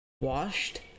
Washed